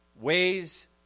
ways